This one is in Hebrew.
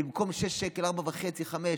6 שקלים במקום 4.5 5,